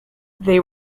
they